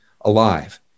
alive